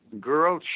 girl